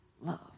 love